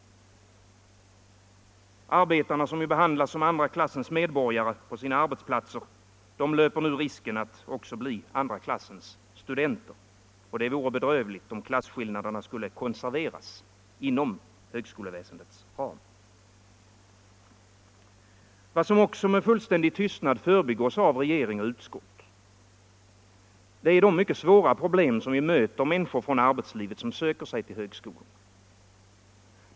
Arbetarna som behandlas som andra klassens medborgare på sina arbetsplatser löper nu risken att också bli andra klassens studenter. Det vore bedrövligt om klasskillnaderna skulle konserveras inom högskoleväsendets ram. Vad som också med fullständig tystnad förbigås av regering och utskott är de mycket svåra problem som möter människor från arbetslivet som söker sig till högskolorna.